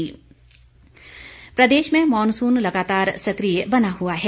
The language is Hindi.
मौसम प्रदेश में मॉनसून लगातार सक्रिय बना हुआ है